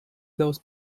those